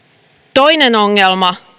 toinen ongelma